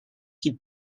qui